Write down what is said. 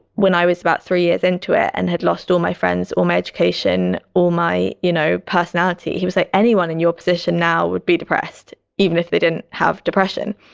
when i was about three years into it and had lost all my friends, all my education, all my, you know, personality. he was like, anyone in your position now would be depressed even if they didn't have depression.